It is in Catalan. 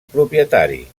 propietari